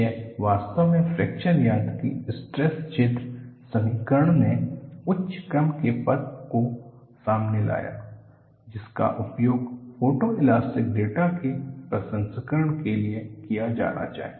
यह वास्तव में फ्रैक्चर यांत्रिकी स्ट्रेस क्षेत्र समीकरणों में उच्च क्रम के पद को सामने लाया जिसका उपयोग फोटोएलास्टिक डेटा के प्रसंस्करण के लिए किया जाना चाहिए